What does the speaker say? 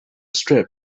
strip